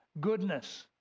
goodness